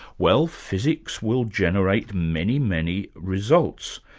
well, physics will generate many, many results.